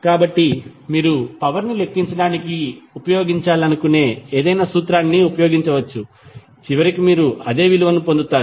కాబట్టి మీరు పవర్ ని లెక్కించడానికి ఉపయోగించాలనుకునే ఏదైనా సూత్రాన్ని ఉపయోగించవచ్చు చివరికి మీరు అదే విలువను పొందుతారు